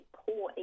poor